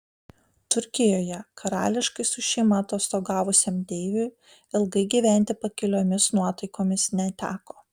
turkijoje karališkai su šeima atostogavusiam deiviui ilgai gyventi pakiliomis nuotaikomis neteko